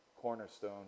cornerstone